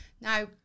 Now